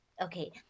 okay